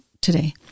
today